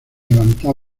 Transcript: levantaba